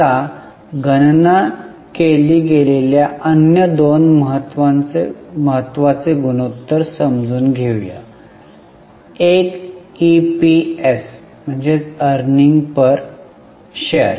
आत्ताच गणना केली गेलेल्या अन्य दोन महत्त्वाचे गुणोत्तर समजून घ्या एक ईपीएस आहे